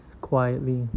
quietly